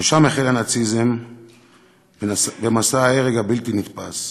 שבהן החל הנאציזם ומסע ההרג הבלתי-נתפס,